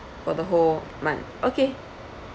for the whole month okay